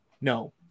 No